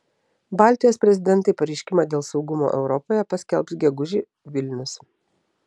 baltijos prezidentai pareiškimą dėl saugumo europoje paskelbs gegužį vilnius